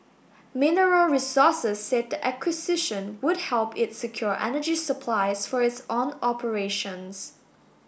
Mineral Resources said the acquisition would help it secure energy supplies for its own operations